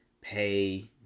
pay